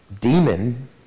demon